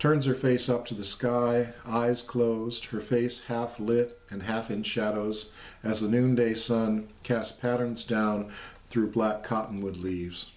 turns her face up to the sky eyes closed her face half lit and half in shadows as the noonday sun cast patterns down through black cottonwood leaves